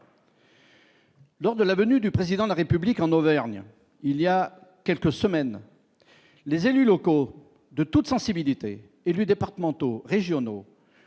Lors de la venue du président de la République en Auvergne, il y a quelques semaines, les élus locaux de toutes sensibilités, élus départementaux, régionaux